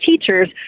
teachers